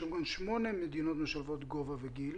שמונה מדינות משלבות גובה וגיל